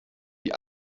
die